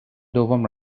دوم